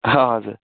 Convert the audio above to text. हजुर